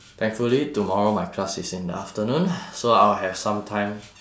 thankfully tomorrow my class is in the afternoon so I'll have some time